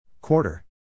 Quarter